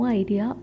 idea